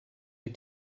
wyt